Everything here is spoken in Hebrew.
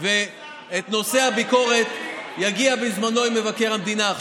נושא הביקורת, יגיע זמנו עם מבקר המדינה.